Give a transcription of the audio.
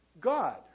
God